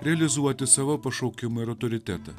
realizuoti savo pašaukimą ir autoritetą